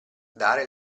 dare